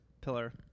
Pillar